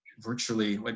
virtually